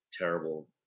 terrible